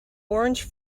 orange